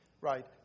Right